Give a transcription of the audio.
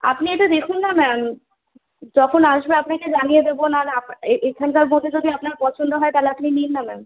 আপনি এটা দেখুন না ম্যাম যখন আসবে আপনাকে জানিয়ে দেবো নাহলে আপ এ এখানকার মধ্যে যদি আপনার পছন্দ হয় তালে আপনি নিন না ম্যাম